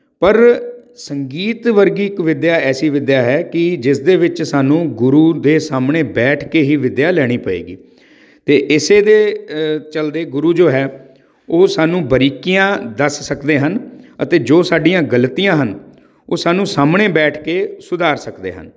ਪਰ ਸੰਗੀਤ ਵਰਗੀ ਇੱਕ ਵਿੱਦਿਆ ਐਸੀ ਵਿੱਦਿਆ ਹੈ ਕਿ ਜਿਸ ਦੇ ਵਿੱਚ ਸਾਨੂੰ ਗੁਰੂ ਦੇ ਸਾਹਮਣੇ ਬੈਠ ਕੇ ਹੀ ਵਿੱਦਿਆ ਲੈਣੀ ਪਏਗੀ ਅਤੇ ਇਸੇ ਦੇ ਚੱਲਦੇ ਗੁਰੂ ਜੋ ਹੈ ਉਹ ਸਾਨੂੰ ਬਰੀਕੀਆਂ ਦੱਸ ਸਕਦੇ ਹਨ ਅਤੇ ਜੋ ਸਾਡੀਆਂ ਗਲਤੀਆਂ ਹਨ ਉਹ ਸਾਨੂੰ ਸਾਹਮਣੇ ਬੈਠ ਕੇ ਸੁਧਾਰ ਸਕਦੇ ਹਨ